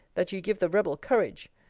that you give the rebel courage.